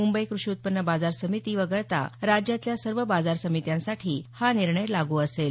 मुंबई कृषी उत्पन्न बाजार समिती वगळता राज्यातल्या सर्व बाजार समित्यांसाठी हा निर्णय लागू असेल